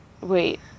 Wait